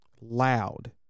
Loud